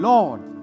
Lord